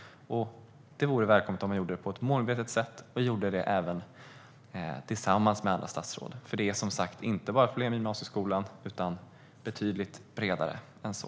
Det vore välkommet om man gjorde det på ett målmedvetet sätt och om man gjorde det tillsammans med andra statsråd. Det är nämligen, som sagt, problem inte bara i gymnasieskolan utan betydligt bredare än så.